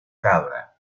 cabra